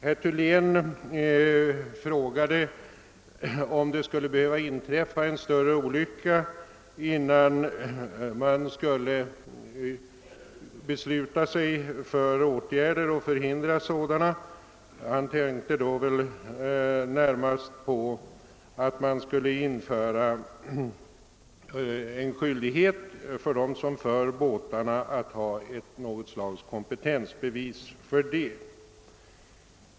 Herr Thylén frågade om det skulle behöva inträffa en större olycka innan man beslutar sig för att genomföra åtgärder för att förhindra att sådana uppkommer. Han tänkte väl då närmast på införande av skyldighet för båtförare att ha kompetensbevis.